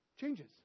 changes